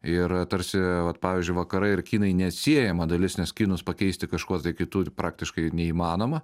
ir tarsi vat pavyzdžiui vakarai ir kinai neatsiejama dalis nes kinus pakeisti kažkuo tai kitu praktiškai neįmanoma